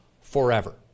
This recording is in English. forever